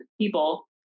people